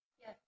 Yes